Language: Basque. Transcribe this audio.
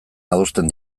adosten